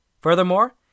Furthermore